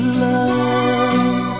love